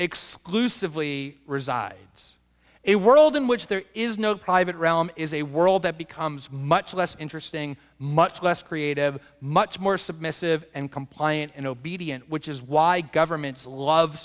exclusively resides it world in which there is no private realm is a world that becomes much less interesting much less creative much more submissive and compliant and obedient which is why governments love